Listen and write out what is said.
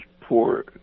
poor